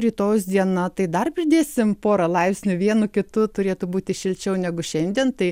rytojaus diena tai dar pridėsim porą laipsnių vienu kitu turėtų būti šilčiau negu šiandien tai